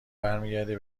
برمیگرده